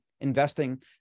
investing